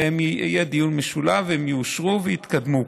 ויהיה דיון משולב, והם יאושרו ויתקדמו כך.